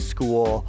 School